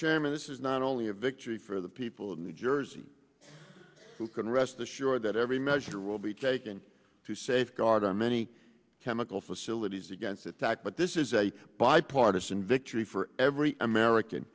chairman this is not only a victory for the people of new jersey who can rest assured that every measure will be taken to safeguard our many chemical facilities against attack but this is a bipartisan victory for every american